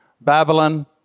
Babylon